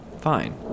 fine